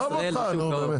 עזוב אותך נו.